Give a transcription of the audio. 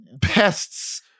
pests